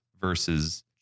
versus